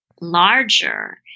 larger